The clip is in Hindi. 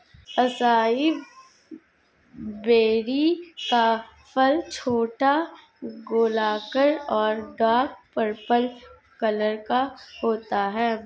असाई बेरी का फल छोटा, गोलाकार और डार्क पर्पल कलर का होता है